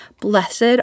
Blessed